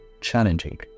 challenging